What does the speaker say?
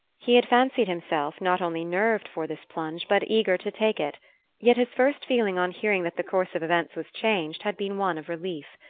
he had fancied himself not only nerved for this plunge but eager to take it yet his first feeling on hearing that the course of events was changed had been one of relief.